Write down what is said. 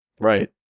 Right